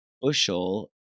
Bushel